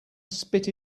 spit